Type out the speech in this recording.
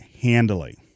handily